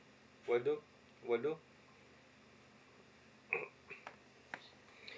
will do will do